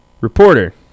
Reporter